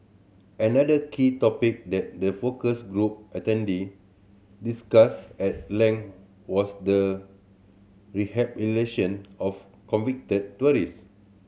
another key topic that the focus group attendee discussed at length was the rehabilitation of convicted tourists